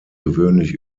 gewöhnlich